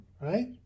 right